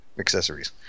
accessories